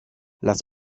las